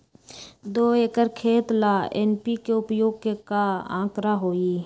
दो एकर खेत ला एन.पी.के उपयोग के का आंकड़ा होई?